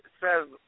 says